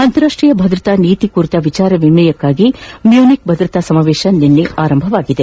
ಅಂತಾರಾಷ್ಲೀಯ ಭದ್ರತಾ ನೀತಿ ಕುರಿತ ವಿಚಾರ ವಿನಿಮಯಕ್ನಾಗಿ ಮ್ಲೂನಿಕ್ ಭದ್ರತಾ ಸಮಾವೇಶ ನಿನ್ನೆ ಆರಂಭವಾಗಿದೆ